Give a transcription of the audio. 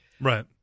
Right